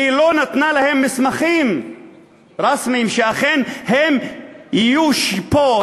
היא לא נתנה להם מסמכים רשמיים שאכן הם יהיו פה,